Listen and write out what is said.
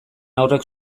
haurrek